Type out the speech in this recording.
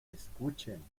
escuchen